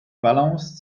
balance